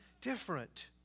different